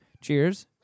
Cheers